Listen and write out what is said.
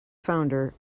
founder